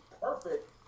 perfect